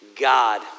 God